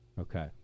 Okay